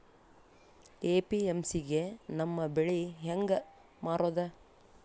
APMC ಗೆ ನಮ್ಮ ಬೆಳಿ ಹೆಂಗ ಮಾರೊದ?